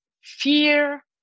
fear